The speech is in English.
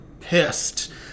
pissed